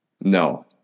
No